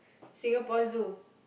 Singapore Zoo